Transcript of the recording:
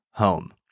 Home